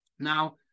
Now